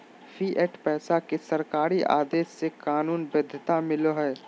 fiat पैसा के सरकारी आदेश से कानूनी वैध्यता मिलो हय